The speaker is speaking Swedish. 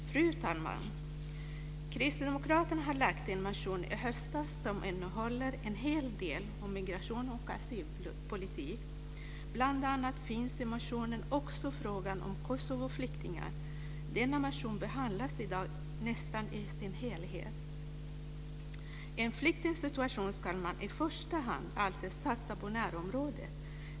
Fru talman! Kristdemokraterna har lagt en motion i höstas som innehåller en hel del om migration och asylpolitik. Bl.a. finns i motionen frågan om Kosovoflyktingar. Denna motion behandlas i dag nästan i sin helhet. I en flyktingsituation ska man alltid i första hand satsa på närområdet.